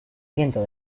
viento